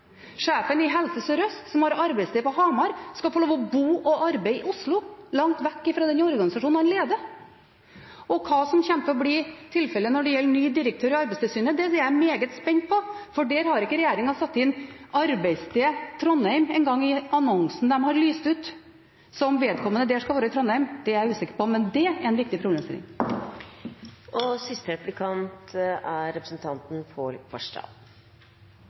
Sjefen i Helse Sør-Øst, som har arbeidssted på Hamar, skal få lov til å bo og arbeide i Oslo, langt vekk fra den organisasjonen han leder. Og hva som kommer til å bli tilfellet når det gjelder ny direktør i Arbeidstilsynet, er jeg meget spent på, for der har ikke regjeringen engang satt «arbeidssted Trondheim» inn i annonsen de har lagt ut. Så om vedkommende skal være i Trondheim, er jeg usikker på, men det er en viktig problemstilling.